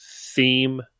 theme